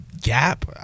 gap